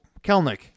Kelnick